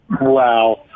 Wow